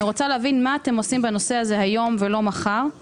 אני רוצה להבין מה אתם עושים בנושא הזה היום ולא מחר.